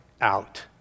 out